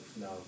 no